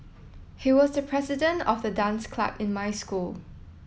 he was the president of the dance club in my school